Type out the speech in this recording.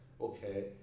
okay